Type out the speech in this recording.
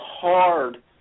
hard